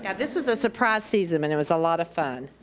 and this was a surprise season. and it was a lotta fun.